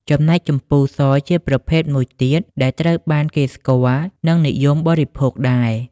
ចំណែកជម្ពូ ស ជាប្រភេទមួយទៀតដែលត្រូវបានគេស្គាល់ និងនិយមបរិភោគដែរ។